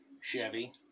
Chevy